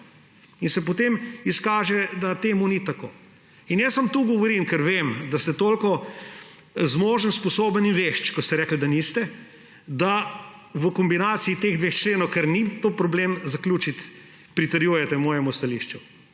in se potem izkaže, da temu ni tako. Jaz vam tu govorim, ker vem, da ste toliko zmožni, sposobni in vešči, ko ste rekli, da niste, da v kombinaciji teh dveh členov, ker ni to problem zaključiti, pritrjujete mojemu stališču.